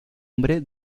nombre